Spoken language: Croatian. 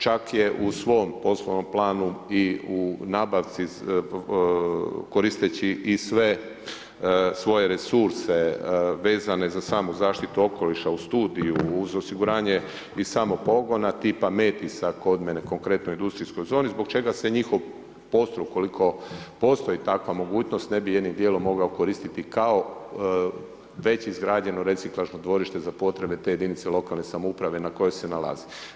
Čak je u svom poslovnom planu i u nabavci koristeći i sve svoje resurse vezane za samu zaštitu okoliša uz studiju, uz osiguranje i samog pogona tipa Metisa kod mene, konkretno u industrijskoj zoni zbog čega se njihov ... ukoliko postoji takva mogućnost ne bi jednim dijelom mogao koristiti kao već izgrađeno reciklažno dvorište za potrebe te jedinice lokalne samouprave na kojoj se nalazi.